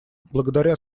благодаря